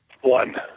one